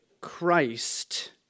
Christ